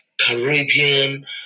Caribbean